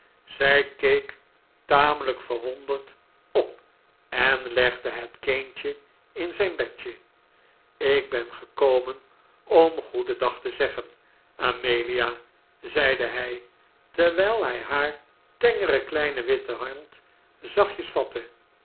zij keek tamelijk verwonderd op en legde het kindje in zijn bedje ik ben gekomen om goeden dag te zeggen amelia zeide hij terwijl hij haar tengere kleine witte hand zachtjes